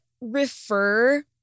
refer